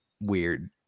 weird